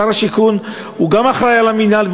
שר השיכון הוא גם אחראי למינהל,